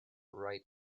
right